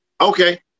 Okay